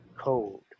cold